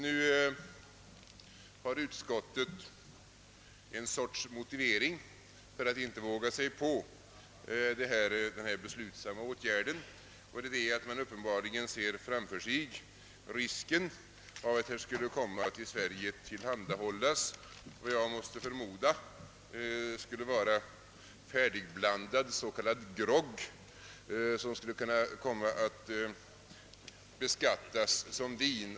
Nu har utskottet en sorts motivering för att inte våga sig på den beslutsamma åtgärd vi föreslagit. Utskottet ser uppenbarligen framför sig risken, att det i Sverige skulle komma att tillhandahållas något som man kanske skulle kunna kalla färdigblandad grogg, vilken skulle komma att beskattas som vin.